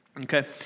Okay